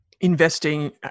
investing